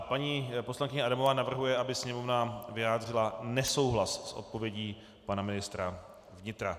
Paní poslankyně Adamová navrhuje, aby Sněmovna vyjádřila nesouhlas s odpovědí pana ministra vnitra.